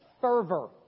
fervor